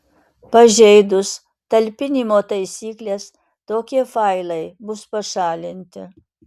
pažeidus talpinimo taisykles tokie failai bus pašalinti